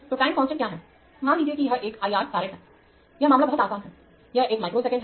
तोटाइम constant क्या है मान लीजिए कि यह एक I R farad है यह मामला बहुत आसान है वह 1 माइक्रो सेकेंड है